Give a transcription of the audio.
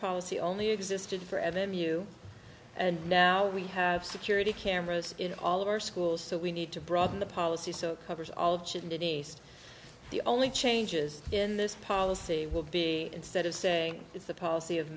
policy only existed for and then you and now we have security cameras in all of our schools so we need to broaden the policy so covers all of shouldn't it east the only changes in this policy will be instead of saying it's the policy of